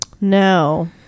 No